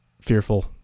fearful